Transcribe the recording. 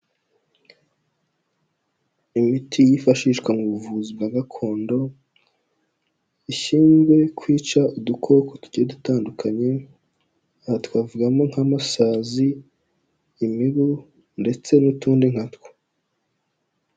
Imiti yifashishwa mu buvuzi bwa gakondo, ishinzwe kwica udukoko tugiye dutandukanye, aha twavugamo nk'amasazi, imibu ndetse n'utundi nkatwo.